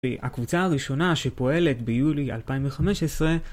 הקבוצה הראשונה שפועלת ביולי 2015